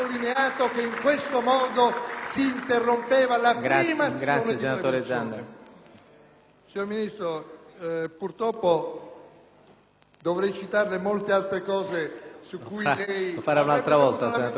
Signor Ministro, purtroppo dovrei citare molte altre cose su cui lei